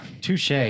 Touche